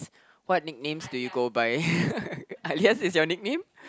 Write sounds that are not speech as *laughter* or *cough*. what nicknames do you go by *laughs* Ah-Lian is your nickname